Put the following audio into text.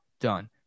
done